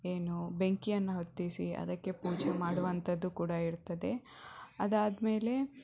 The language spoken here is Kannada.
ಏನು ಬೆಂಕಿಯನ್ನು ಹೊತ್ತಿಸಿ ಅದಕ್ಕೆ ಪೂಜೆ ಮಾಡುವಂಥದ್ದು ಕೂಡ ಇರ್ತದೆ ಅದಾದ ಮೇಲೆ